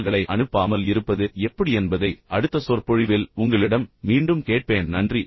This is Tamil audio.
மின்னஞ்சல்களை அனுப்பாமல் இருப்பது எப்படி என்பதை அடுத்த சொற்பொழிவில் உங்களிடம் மீண்டும் கேட்பேன்